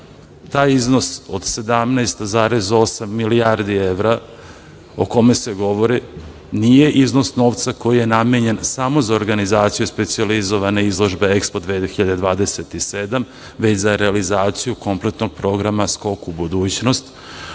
taj iznos od 17,8 milijardi evra o kome se govori nije iznos novca koji je namenjen samo za organizaciju specijalizovane izložbe EKSPO 2027, već za realizaciju kompletnog programa Skok u budućnost,